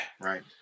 right